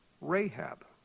Rahab